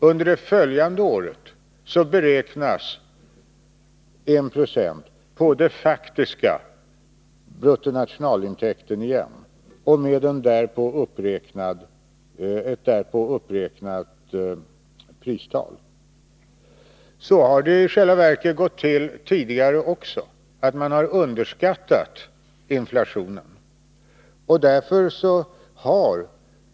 Under det följande året beräknas återigen 1 90 på den faktiska bruttonationalintäkten, med ett därpå uppräknat pristal. Så har det i själva verket gått till tidigare också. Man har underskattat inflationen.